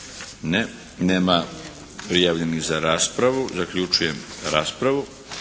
Ne. Nema prijavljenih za raspravu. Zaključujem raspravu.